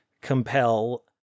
compel